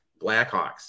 Blackhawks